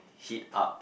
heat up